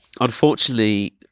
unfortunately